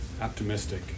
optimistic